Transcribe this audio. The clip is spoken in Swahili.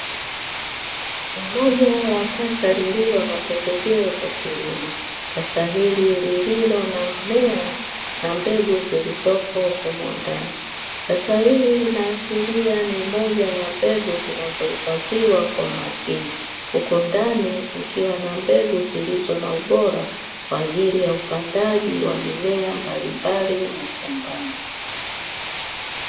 Ni moja ya kasha lililo na pembejeo za kilomo. Kasha hili lililo na mmea na mbegu zilizopo humo ndani. Kasha hili linaashiria ni moja ya mbegu zinazohifadhiwa kwa makini huku ndani kukiwa na mbegu zilizo na ubora kwa ajili ya upandaji wa mimea mbalimbali mashambani.